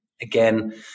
again